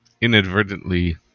inadvertently